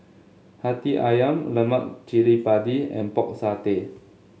hati ayam Lemak Cili Padi and Pork Satay